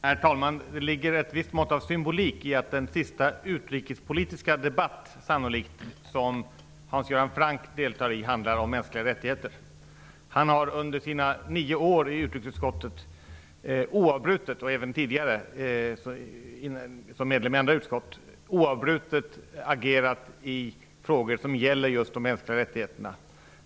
Herr talman! Det ligger ett visst mått av symbolik i att den sannolikt sista utrikespolitiska debatt som Hans Göran Franck deltar i handlar om mänskliga rättigheter. Han har under sina nio år i utrikesutskottet och även tidigare som medlem i andra utskott oavbrutet agerat i frågor som gäller just de mänskliga rättigheterna.